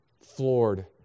floored